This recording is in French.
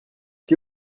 que